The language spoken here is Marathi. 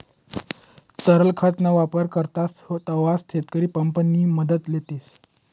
तरल खत ना वापर करतस तव्हय शेतकरी पंप नि मदत लेतस